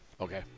Okay